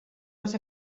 les